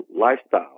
lifestyle